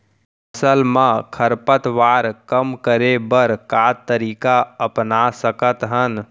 फसल मा खरपतवार कम करे बर का तरीका अपना सकत हन?